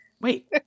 Wait